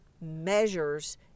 measures